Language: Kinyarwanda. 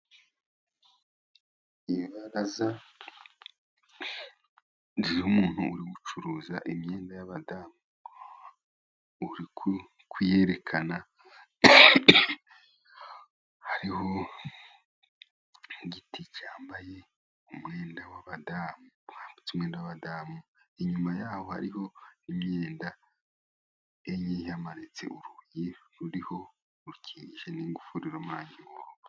Ibaraza, inzu y'umuntu uri gucuruza imyenda y'abadamu, uri kuyerekana. Hariho igiti cyambaye umwenda w'abadamu, bambitse umwenda w'abadamu. Inyuma yaho hariho n'imyenda enye. Yamanitse urugi ruriho rukingishije n'ingufuri ...